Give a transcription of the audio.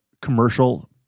commercial